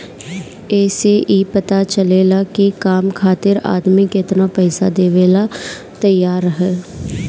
ए से ई पता चलेला की काम खातिर आदमी केतनो पइसा देवेला तइयार हअ